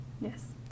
Yes